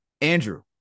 Andrew